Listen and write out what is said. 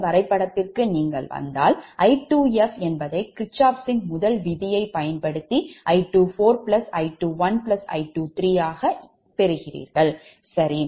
இந்த வரைபடத்திற்கு நீங்கள் வந்தால் I2f என்பதை kirchoff's ன் முதல் விதியை பயன்படுத்தி I24I21I23 ஆக பெறுவீர்கள் சரி